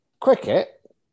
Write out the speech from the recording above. Cricket